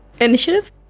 Initiative